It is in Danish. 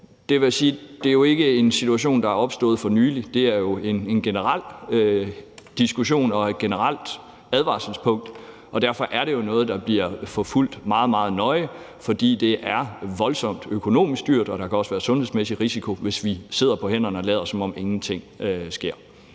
Jeg vil sige, at det ikke er en situation, der er opstået for nylig; det er jo en generel diskussion og et generelt advarselspunkt, og derfor er det jo noget, der bliver forfulgt meget, meget nøje. For det er voldsomt økonomisk dyrt, og der kan også være en sundhedsmæssig risiko, hvis vi sidder på hænderne og lader som om ingenting sker.